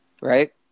right